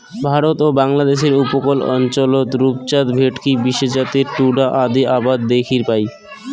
ভারত ও বাংলাদ্যাশের উপকূল অঞ্চলত রূপচাঁদ, ভেটকি বিশেষ জাতের টুনা আদি আবাদ দ্যাখির পাই